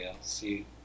see